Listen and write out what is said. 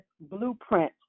blueprint